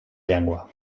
llengua